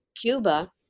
Cuba